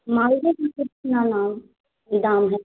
مالدے کا کتنا نام دام ہے